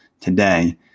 today